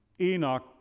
Enoch